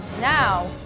Now